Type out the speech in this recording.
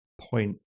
point